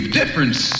difference